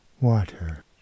Water